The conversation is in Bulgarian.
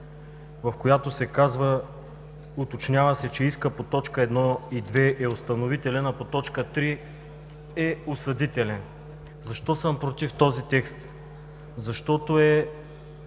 в която се казва, уточнява се, че искът по точки 1 и 2 е установителен, а по т. 3 е осъдителен. Защо съм против този текст? Защото